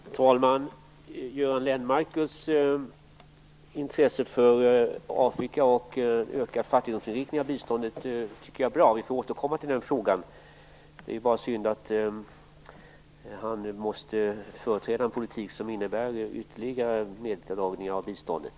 Herr talman! Göran Lennmarkers intresse för Afrika och för att öka fattigdomsinriktningen av biståndet är bra, och vi får återkomma till den frågan. Det är bara synd att han företräder en politik som innebär ytterligare neddragningar av biståndet.